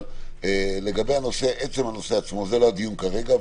אבל לגבי עצם הנושא עצמו זה לא הדיון כרגע,